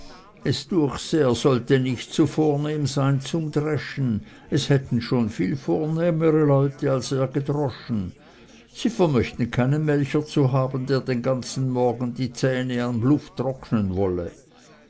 es düech se er sollte nicht zu vornehm sein zum dreschen es hätten schon viel vornehmere leute als er gedroschen sie vermöchten keinen melcher zu haben der den ganzen morgen die zähng am luft trocknen wolle